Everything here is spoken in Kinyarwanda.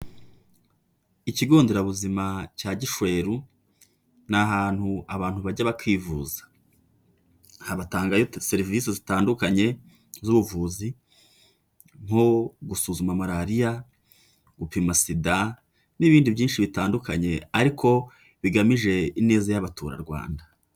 Ikigo nderabuzima cya Gishweru, ni ahantu abantu bajya bakivuza. Aha batangayo serivisi zitandukanye z'ubuvuzi, nko gusuzuma malariya, gupima SIDA, n'ibindi byinshi bitandukanye ariko bigamije ineza y'abaturarwanda.